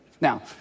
Now